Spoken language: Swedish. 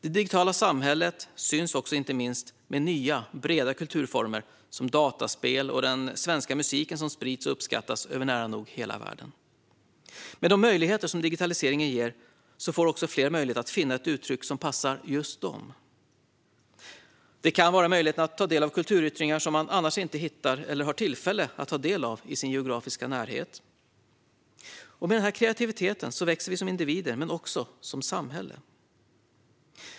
Det digitala samhället syns inte minst i nya breda kulturformer som dataspel och den svenska musiken, som sprids och uppskattas över nära nog hela världen. Med de möjligheter som digitaliseringen ger får fler möjlighet att finna ett uttryck som passar just dem. Det kan handla om möjligheten att ta del av kulturyttringar som man annars inte hittar eller har tillfälle att ta del av i sin geografiska närhet. Med denna kreativitet växer vi som individer men också som samhälle.